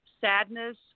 sadness